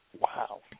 Wow